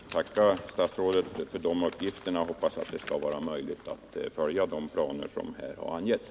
Herr talman! Jag vill tacka statsrådet för de uppgifterna och hoppas att det skall vara möjligt att följa de planer som här har angetts.